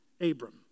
Abram